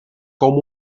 como